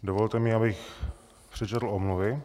Dovolte mi, abych přečetl omluvy.